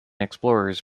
explorers